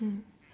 mm